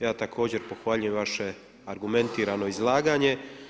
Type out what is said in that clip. Ja također pohvaljujem vaše argumentirano izlaganje.